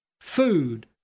food